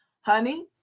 honey